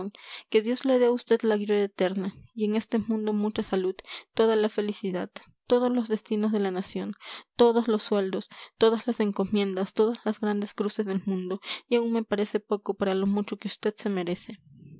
que dios le dé a usted la gloria eterna y en este mundo mucha salud toda la felicidad todos los destinos de la nación todos los sueldos todas las encomiendas todas las grandes cruces del mundo y aún me parece poco para lo mucho que vd se merece